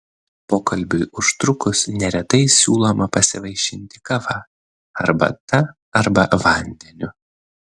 pokalbiui užtrukus neretai siūloma pasivaišinti kava arbata arba vandeniu